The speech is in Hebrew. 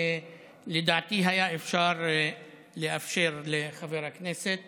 לדעתי היה אפשר לאפשר לחבר הכנסת